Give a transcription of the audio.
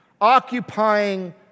occupying